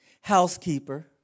housekeeper